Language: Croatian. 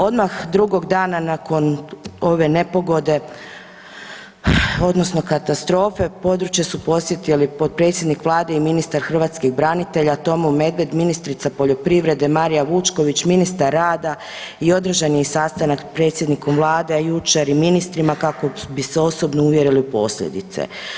Odmah drugog dana nakon ove nepogode odnosno katastrofe područje su posjetili podpredsjednik Vlade i ministar hrvatskih branitelja Tomo Medved, ministrica poljoprivrede Marija Vučković, ministar rada i održan je sastanak s predsjednikom Vlade jučer i ministrima kako bi se osobno uvjerili u posljedice.